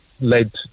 led